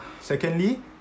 secondly